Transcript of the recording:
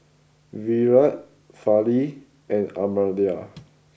Virat Fali and Amartya